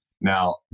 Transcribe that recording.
Now